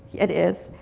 it is.